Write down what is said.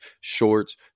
shorts